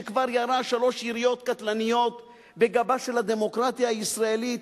שכבר ירה שלוש יריות קטלניות בגבה של הדמוקרטיה הישראלית,